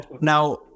now